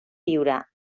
viure